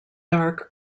dark